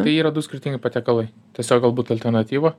tai yra du skirtingi patiekalai tiesiog galbūt alternatyva